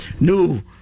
new